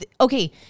okay